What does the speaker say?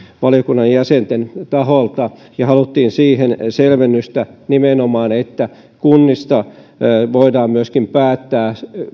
valiokunnan jäsenten taholta haluttiin selvennystä nimenomaan siihen että kunnissa voidaan myöskin päättää